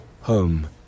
home